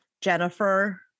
Jennifer